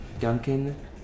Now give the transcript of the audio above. Duncan